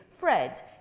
Fred